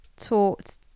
taught